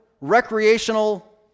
recreational